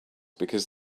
because